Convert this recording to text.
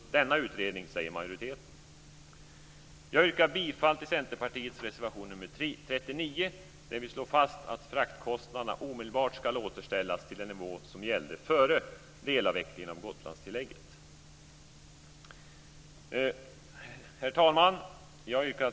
Jag yrkar bifall till Centerpartiets reservation nr 39 där vi slår fast att fraktkostnaderna omedelbart ska återställas till den nivå som gällde före delavvecklingen av Gotlandstillägget.